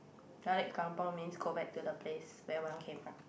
balik kampung means go back to the place where one came from